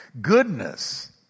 Goodness